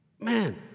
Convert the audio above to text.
Man